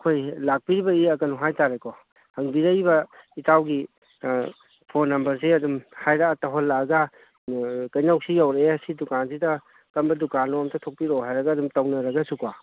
ꯑꯩꯈꯣꯏ ꯂꯥꯛꯄꯤꯔꯤꯕ ꯀꯩꯅꯣ ꯍꯥꯏꯇꯥꯔꯦꯀꯣ ꯍꯪꯕꯤꯔꯛꯏꯕ ꯏꯇꯥꯎꯒꯤ ꯐꯣꯟ ꯅꯝꯕꯔꯁꯦ ꯑꯗꯨꯝ ꯍꯥꯏꯔꯛꯑ ꯇꯧꯍꯜꯂꯛꯑꯒ ꯀꯩꯅꯧ ꯁꯤ ꯌꯧꯔꯛꯑꯦ ꯁꯤ ꯗꯨꯀꯥꯟꯁꯤꯗ ꯀꯔꯝꯕ ꯗꯨꯀꯥꯟꯅꯣ ꯑꯝꯇ ꯊꯣꯛꯄꯤꯔꯛꯑꯣ ꯍꯥꯏꯔꯒ ꯑꯗꯨꯝ ꯇꯧꯅꯔꯒꯁꯨꯀꯣ